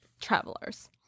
travelers